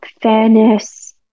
fairness